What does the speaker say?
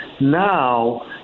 Now